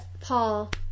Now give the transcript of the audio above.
Paul